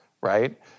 right